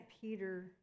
Peter